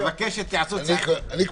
-- וזה אני אומר שהיועצת המשפטית תשתכנע